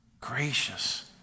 gracious